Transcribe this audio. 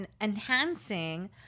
enhancing